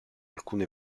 alcune